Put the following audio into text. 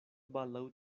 baldaŭ